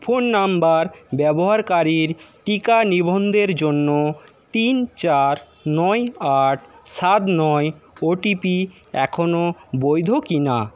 phone নম্বর ব্যবহারকারীর টিকা নিবন্ধনের জন্য তিন চার নয় আট সাত নয় ওটিপি এখনও বৈধ কিনা